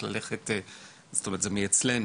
זאת אומרת, זה אצלנו.